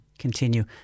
continue